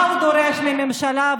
מה הוא דורש מהממשלה?